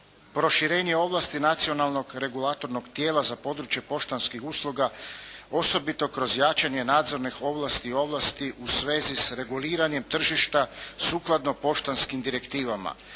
proširenje ovlasti nacionalnog regulatornog tijela za područje poštanskih usluga, osobito kroz jačanje nadzornih ovlasti u svezi s reguliranjem tržišta sukladno poštanskim direktivama.